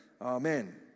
Amen